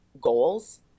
goals